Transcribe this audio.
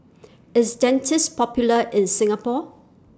IS Dentiste Popular in Singapore